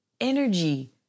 energy